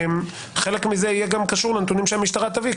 חלק מזה יהיה גם קשור לנתונים שהמשטרה תביא.